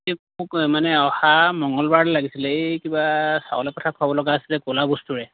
মোক মানে অহা মংগলবাৰলৈ লাগিছিলে এই কিবা চাউল একঠা খোৱাব লগা অছিলে ক'লা বস্তুৰে